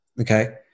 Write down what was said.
okay